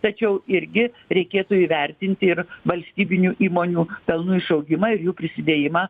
tačiau irgi reikėtų įvertinti ir valstybinių įmonių pelnų išaugimą ir jų prisidėjimą